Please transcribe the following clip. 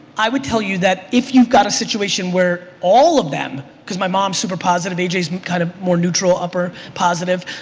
i would tell you that if you've got a situation where all of them, cause my mom super positive, aj's kind of more neutral upper positive,